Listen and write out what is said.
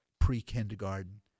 pre-kindergarten